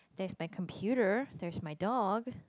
there's my computer there's my dog